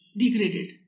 degraded